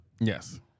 Yes